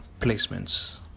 placements